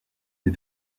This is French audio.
des